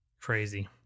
Crazy